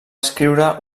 escriure